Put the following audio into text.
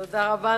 תודה רבה.